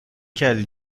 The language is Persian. کردی